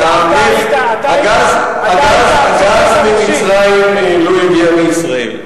היית, שהגז ממצרים לא יגיע לישראל.